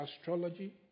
astrology